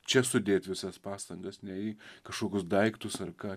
čia sudėt visas pastangas ne į kažkokius daiktus ar ką